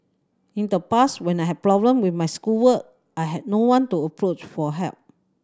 in the past when I had problem with my schoolwork I had no one to approach for help